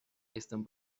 están